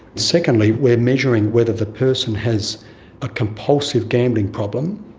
secondly we are measuring whether the person has a compulsive gambling problem.